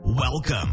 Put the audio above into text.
Welcome